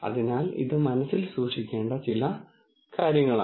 അതിനാൽ ഇത് മനസ്സിൽ സൂക്ഷിക്കേണ്ട ചില കാര്യങ്ങളാണ്